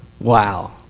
Wow